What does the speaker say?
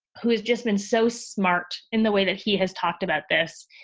who has just been so smart in the way that he has talked about this,